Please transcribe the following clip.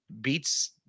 beats